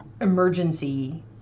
emergency